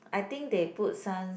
I think they put some